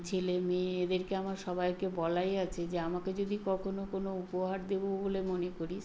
ছেলে মেয়ে এদেরকে আমার সবাইকে বলাই আছে যে আমাকে যদি কখনও কোনো উপহার দেবো বলে মনে করিস